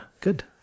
good